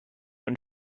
und